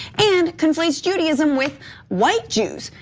and conflates judaism with white jews.